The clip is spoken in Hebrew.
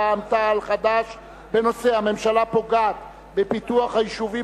רע"ם-תע"ל וחד"ש בנושא: הממשלה פוגעת בפיתוח היישובים